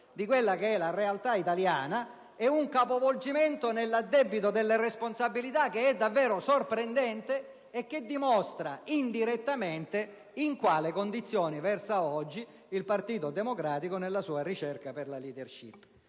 conoscenza della realtà italiana e un capovolgimento nell'addebito di responsabilità davvero sorprendente, che dimostrano indirettamente in quali condizioni versa oggi il Partito Democratico nella sua ricerca di *leadership*.